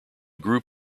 group